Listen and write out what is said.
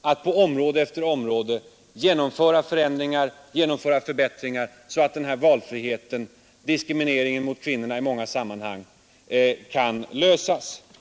att på område efter område genomföra förändringar och förbättringar, så att problemet med valfriheten och diskrimineringen mot kvinnorna i många sammanhang kan lösas.